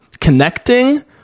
connecting